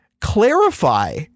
clarify